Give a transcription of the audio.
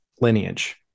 lineage